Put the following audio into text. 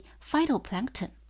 phytoplankton